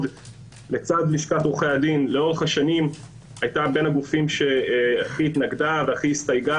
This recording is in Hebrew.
לצד לשכת עורכי הדין לאורך השנים היתה בין הגופים שהכי התנגדה והסתיימה